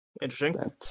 Interesting